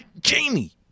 Jamie